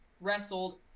wrestled